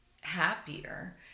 happier